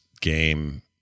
game